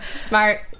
Smart